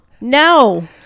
no